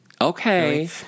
Okay